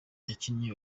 yakinnye